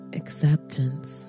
acceptance